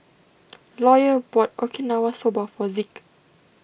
Lawyer bought Okinawa Soba for Zeke